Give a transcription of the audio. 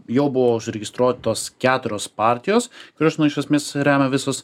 jau buvo užregistruotos keturios partijos kurios nu iš esmės remia visos